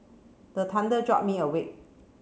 the thunder jolt me awake